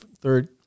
third